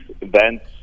events